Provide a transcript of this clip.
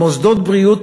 מוסדות בריאות,